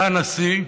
זה הנשיא.